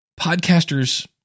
podcasters